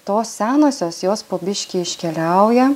tos senosios jos po biškį iškeliauja